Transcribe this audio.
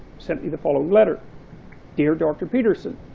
sent me the following letter dear dr. peterson,